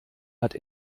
hat